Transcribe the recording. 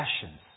passions